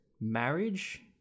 marriage